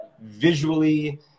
visually